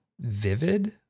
vivid